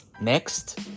Next